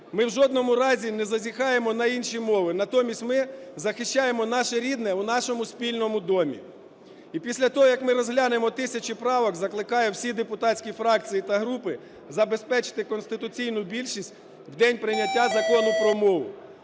Ми в жодному разі не зазіхаємо на інші мови, натомість ми захищаємо наше рідне у нашому спільному домі. І після того, як ми розглянемо тисячі правок, закликаю всі депутатські фракції та групи забезпечити конституційну більшість у день прийняття Закону про мову.